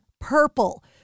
purple